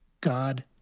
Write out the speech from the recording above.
God